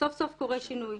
"סוף סוף קורה שינוי.